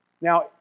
Now